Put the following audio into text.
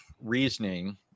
reasoning